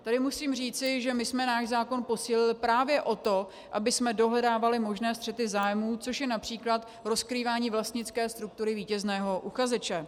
Tady musím říci, že my jsme náš zákon posílili právě o to, abychom dohledávali možné střety zájmů, což je například rozkrývání vlastnické struktury vítězného uchazeče.